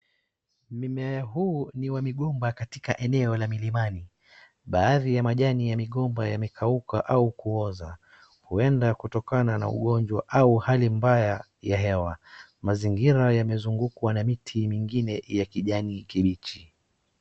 Mimea huu ni wamigomba katika eneo la milimani. Baadhi ya majani ya migomba ya majani yamekauka au kuoza. Huenda kutokana na ugonjwa au uhali mbaya ya hewa. Mazingira yamezungukwa na miti mingine ya kijani kimbichi.